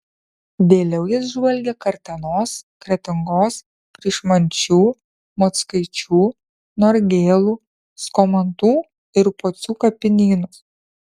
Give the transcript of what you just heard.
vėliau jis žvalgė kartenos kretingos pryšmančių mockaičių norgėlų skomantų ir pocių kapinynus